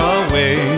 away